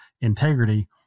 integrity